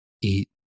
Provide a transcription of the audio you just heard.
Eat